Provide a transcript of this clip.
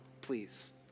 please